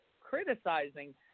criticizing